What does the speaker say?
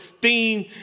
theme